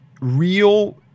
real